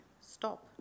stop